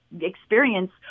experience